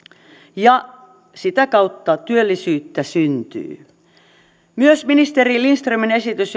ja sitä kautta työllisyyttä syntyy myös ministeri lindströmin esitys